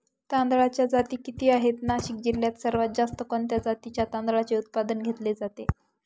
तांदळाच्या जाती किती आहेत, नाशिक जिल्ह्यात सर्वात जास्त कोणत्या जातीच्या तांदळाचे उत्पादन घेतले जाते?